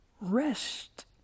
rest